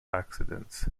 accidents